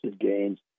gains